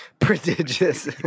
Prodigious